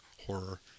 horror